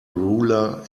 ruler